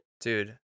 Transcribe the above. dude